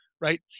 right